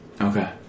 Okay